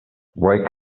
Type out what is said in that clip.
why